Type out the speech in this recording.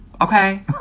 okay